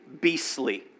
beastly